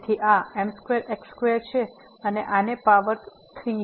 તેથી આ m2x2 છે અને આને પાવર 3